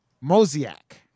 mosaic